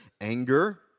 anger